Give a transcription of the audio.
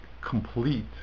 complete